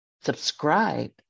subscribe